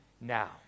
now